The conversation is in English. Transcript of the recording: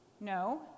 No